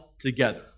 together